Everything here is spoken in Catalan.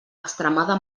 extremada